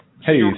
Hey